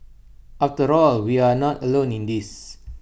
after all we are not alone in this